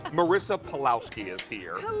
marissa palauski is here.